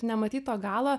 nematyto galą